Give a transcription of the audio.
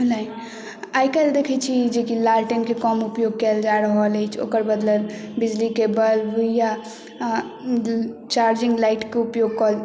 नइ आइ काल्हि देखैत छियै जे कि लालटेनके कम उपयोग कयल जा रहल अछि ओकर बदला बिजलीके बल्ब या चार्जिंग लाइटके उपयोग कऽ